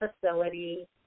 facility